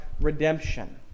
redemption